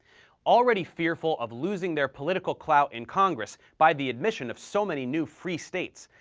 already fearful of losing their political clout in congress by the admission of so many new free states,